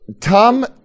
tom